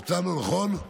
הרצנו, נכון?